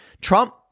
Trump